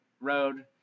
road